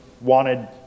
wanted